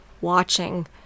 watching